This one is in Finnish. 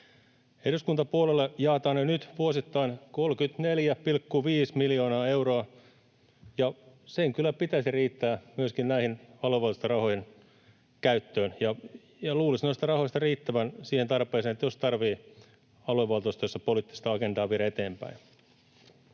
Eduskuntapuolueille jaetaan jo nyt vuosittain 34,5 miljoonaa euroa, ja sen kyllä pitäisi riittää myöskin aluevaltuustojen käyttöön. Luulisi noista rahoista riittävän siihen tarpeeseen, jos tarvitsee aluevaltuustoissa poliittista agendaa viedä eteenpäin.